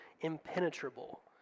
impenetrable